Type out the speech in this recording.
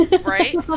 Right